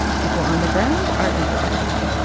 people on the ground are improvising.